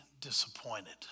disappointed